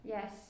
Yes